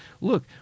Look